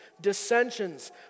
dissensions